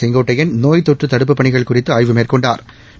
செங்கோட்டையன் நோய் தொற்று தடுப்புப் பணிகள் குறித்து ஆய்வு மேற்கொண்டாா்